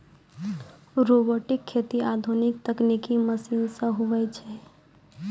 robotic खेती आधुनिक तकनिकी मशीन से हुवै छै